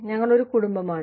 ഞങ്ങൾ ഒരു കുടുംബമാണ്